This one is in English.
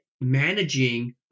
managing